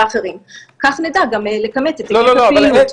אחרים כך נדע גם לכמת את היקף הפעילות.